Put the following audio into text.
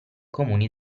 comuni